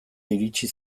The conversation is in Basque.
iritsi